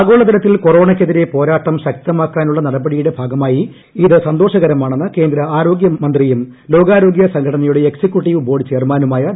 ആഗോളതലത്തിൽ കൊറോണയ്ക്കെതിരെ പോരാട്ടം ശക്തമാക്കാനുമുള്ള അമേരിക്കയുടെ തീരുമാനം സന്തോഷകരമാണെന്ന് കേന്ദ്ര ആരോഗ്യമന്ത്രിയും ലോകാരോഗ്യ സംഘടനയുടെ എക്സിക്യൂട്ടീവ് ബോർഡ് ചെയർമാനുമായ ഡോ